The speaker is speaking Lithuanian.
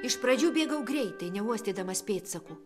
iš pradžių bėgau greitai neuostydamas pėdsakų